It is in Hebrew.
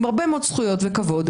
עם הרבה מאוד זכויות וכבוד,